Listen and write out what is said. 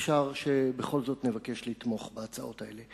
אפשר שבכל זאת נבקש לתמוך בהצעות האלה.